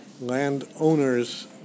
landowner's